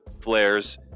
flares